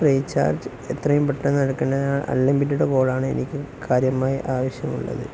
recharge എത്രയും പെട്ടെന്ന് നടക്കേണ്ടതാണ് അൺലിമിറ്റഡ് കോളാണ് എനിക്ക് കാര്യമായി ആവശ്യമുള്ളത്